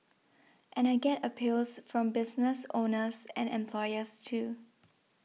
and I get appeals from business owners and employers too